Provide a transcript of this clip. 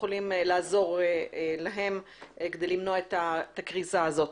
יכולים לעזור להם כדי למנוע את הקריסה הזאת.